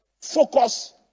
Focus